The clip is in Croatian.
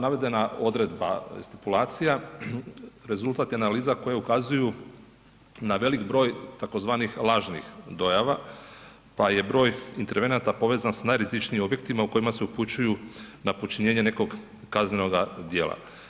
Navedena odredba stipulacija rezultat je analiza koje ukazuju na velik broj tzv. lažnih dojava pa je broj intervenata povezan sa najrizičnijim objektima u kojima se upućuju na počinjenje nekog kaznenoga djela.